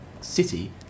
city